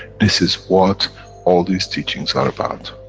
this is what all these teachings are about.